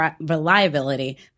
reliability